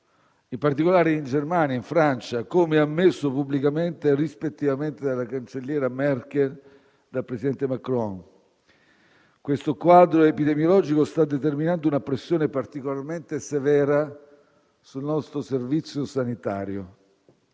in particolare in Germania e Francia, come ammesso pubblicamente rispettivamente dalla cancelliera Merkel e dal presidente Macron. Questo quadro epidemiologico sta determinando una pressione particolarmente severa sul nostro servizio sanitario.